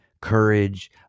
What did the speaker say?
courage